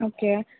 okay